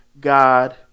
God